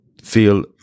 feel